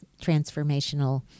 transformational